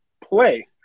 play